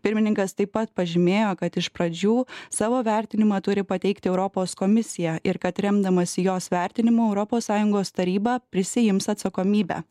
pirmininkas taip pat pažymėjo kad iš pradžių savo vertinimą turi pateikti europos komisija ir kad remdamasi jos vertinimu europos sąjungos taryba prisiims atsakomybę